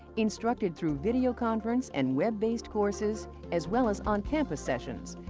instructed through video conference and web-based courses as well as on campus sessions,